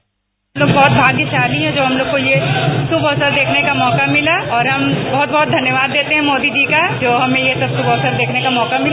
हम लोग बहुत भाग्यशाली है जो हम लोग को यह शुभ अवसर देखने का मौका मिला और हम बहुत बहुत धन्यवाद देते है मोदी जी का जो हमें यह सब शुभ अक्सर देखने का मौका मिला